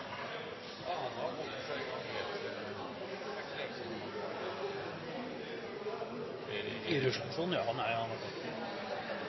jeg har hatt i